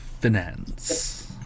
Finance